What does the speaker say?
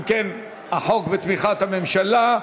אם כן, הצעת החוק בתמיכת הממשלה.